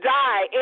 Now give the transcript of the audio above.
die